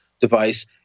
Device